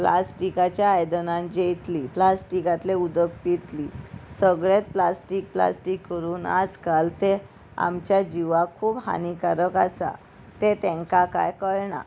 प्लास्टिकाच्या आयदनान जेतली प्लास्टिकांतले उदक पितली सगळे प्लास्टीक प्लास्टीक करून आजकाल तें आमच्या जिवाक खूब हानिकारक आसा तें तेंकां कांय कळना